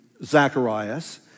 Zacharias